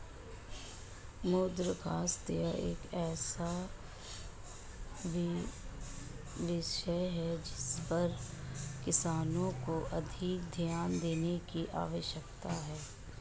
मृदा स्वास्थ्य एक ऐसा विषय है जिस पर किसानों को अधिक ध्यान देने की आवश्यकता है